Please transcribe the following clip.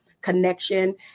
connection